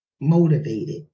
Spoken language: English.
motivated